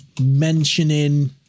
mentioning